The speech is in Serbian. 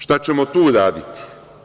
Šta ćemo tu uraditi?